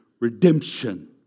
redemption